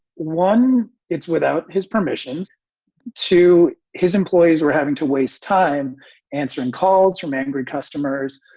one, it's without his permission to his employees were having to waste time answering calls from angry customers.